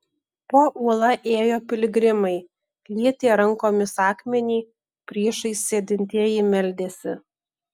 po uola ėjo piligrimai lietė rankomis akmenį priešais sėdintieji meldėsi